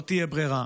לא תהיה ברירה.